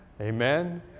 amen